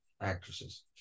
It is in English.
actresses